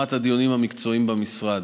השלמת הדיונים המקצועיים במשרד.